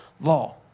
law